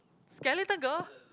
skeleton girl